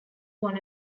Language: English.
won